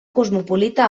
cosmopolita